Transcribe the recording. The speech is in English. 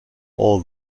all